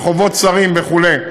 רחובות צרים וכו'.